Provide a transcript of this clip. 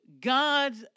God's